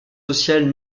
sociales